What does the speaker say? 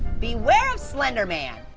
beware of slenderman. huh,